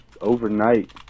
overnight